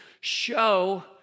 show